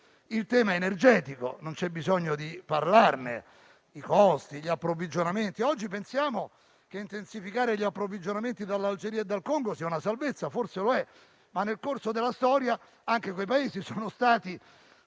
il tema energetico e non c'è bisogno di parlarne: i costi, gli approvvigionamenti e quant'altro. Oggi pensiamo che intensificare gli approvvigionamenti dall'Algeria e dal Congo sia una salvezza, e forse lo è, ma nel corso della storia - non centocinquantamila